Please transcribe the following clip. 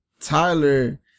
Tyler